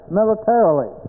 militarily